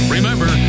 Remember